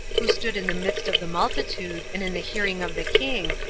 who stood in the midst of the multitude, and in the hearing of the king,